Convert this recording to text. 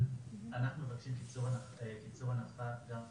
אנחנו מבקשים להקדים